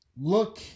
look